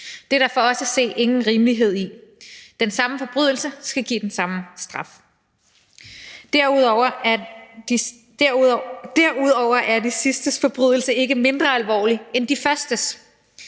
Det er der for os at se ingen rimelighed i; den samme forbrydelser skal give den samme straf. Derudover er de sidstes forbrydelse ikke mindre alvorlig end de førstes.